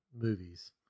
movies